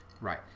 Right